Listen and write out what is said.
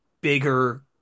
bigger